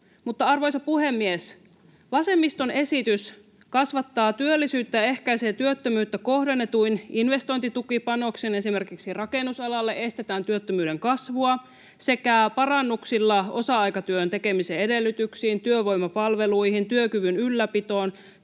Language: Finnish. arvoisa puhemies, vasemmiston esitys kasvattaa työllisyyttä ja ehkäisee työttömyyttä kohdennetuin investointitukipanoksin esimerkiksi rakennusalalle — estetään työttömyyden kasvua — sekä parannuksilla osa-aikatyön tekemisen edellytyksiin, työvoimapalveluihin, työkyvyn ylläpitoon,